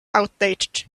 outdated